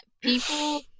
people